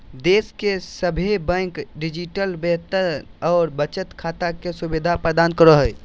देश के सभे बैंक डिजिटल वेतन और बचत खाता के सुविधा प्रदान करो हय